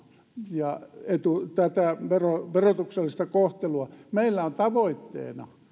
ja tätä verotuksellista kohtelua meillä on tavoitteena